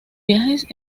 viajes